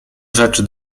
rzeczy